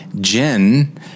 jen